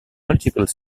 multiple